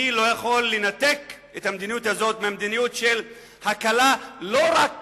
אני לא יכול לנתק את המדיניות הזאת מהמדיניות של הקלה לא רק